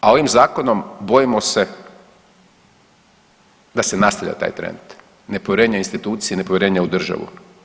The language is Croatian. A ovim zakonom bojimo se da se nastavlja taj trend nepovjerenja u institucije, nepovjerenja u državu.